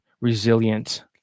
resilient